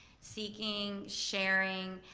seeking, sharing,